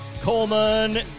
Coleman